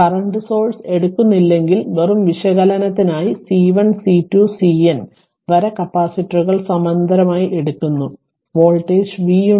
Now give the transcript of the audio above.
current source എടുക്കുന്നില്ലെങ്കിൽ വെറും വിശകലനത്തിനായി C1 C2 CN വരെ കപ്പാസിറ്ററുകൾ സമാന്തരമായി എടുക്കുന്നു വോൾട്ടേജ് V ഉണ്ട്